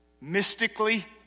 mystically